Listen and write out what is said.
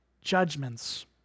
judgments